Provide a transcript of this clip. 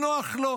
לא נראה לו.